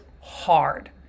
hard